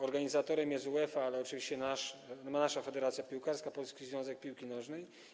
Organizatorem jest UEFA, ale oczywiście też nasza federacja piłkarska, Polski Związek Piłki Nożnej.